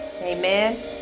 amen